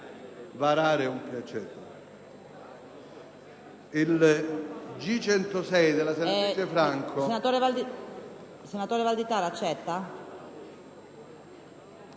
Senatore Valditara, accetta